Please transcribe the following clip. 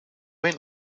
went